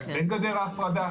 אין גדר הפרדה,